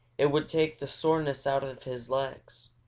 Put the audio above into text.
it would take the soreness out of his legs.